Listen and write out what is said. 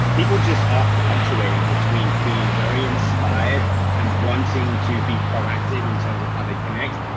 people just are fluctuating between feeling very inspired and wanting to be proactive in terms of how they connect.